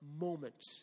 moment